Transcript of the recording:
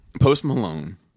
Post-Malone